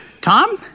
Tom